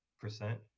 percent